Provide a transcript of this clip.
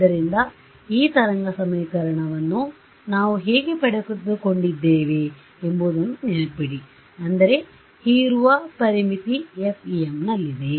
ಆದ್ದರಿಂದ ಈ ತರಂಗ ಸಮೀಕರಣವನ್ನು ನಾವು ಹೇಗೆ ಪಡೆದುಕೊಂಡಿದ್ದೇವೆ ಎಂಬುದನ್ನು ನೆನಪಿಡಿ ಅಂದರೆ ಹೀರುವ ಪರಿಮಿತಿ FEM ನಲ್ಲಿದೆ